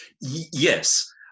Yes